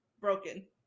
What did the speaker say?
broken